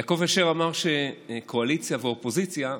יעקב אשר אמר: קואליציה ואופוזיציה,